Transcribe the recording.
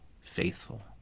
faithful